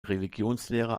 religionslehrer